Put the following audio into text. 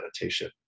meditation